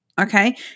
Okay